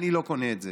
אני לא קונה את זה.